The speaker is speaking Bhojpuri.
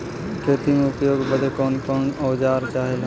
खेती में उपयोग बदे कौन कौन औजार चाहेला?